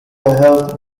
helped